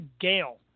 Gale